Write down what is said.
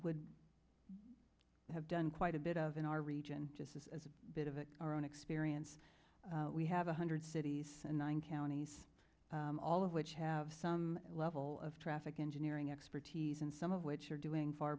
would have done quite a bit of an region just as a bit of it our own experience we have a hundred cities and nine counties all of which have some level of traffic engineering expertise and some of which are doing far